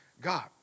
God